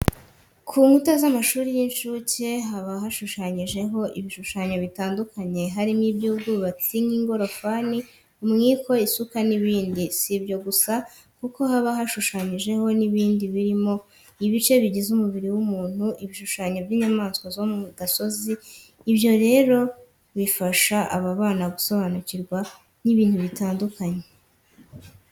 Ku nkuta z'amashuri y'incuke haba hashushanyijeho ibishushanyo bitandukanye harimo iby'ubwubatsi nk'ingorofani, umwiko, isuka n'ibindi. Si ibyo gusa kuko haba hashushanyijeho n'ibindi birimo ibice bigize umubiri w'umuntu, Ibishushanyo by'inyamaswa zo mu gasozi. Ibi rero bifasha aba bana gusobanukirwa n'ibintu bitandukanye.